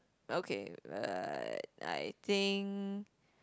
okay but I think